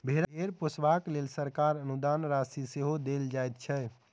भेंड़ पोसबाक लेल सरकार अनुदान राशि सेहो देल जाइत छै